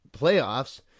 playoffs